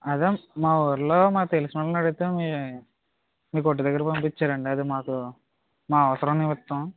అదే మా ఊర్లో మాకు తెలిసినోళ్ళని అడిగితే మీ మీ కొట్టు దగ్గరకి పంపించారండి అయితే మాకు మా అవసరం నిమిత్తం